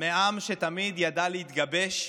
מעם שתמיד ידע להתגבש,